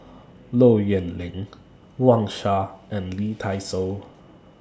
Low Yen Ling Wang Sha and Lee Dai Soh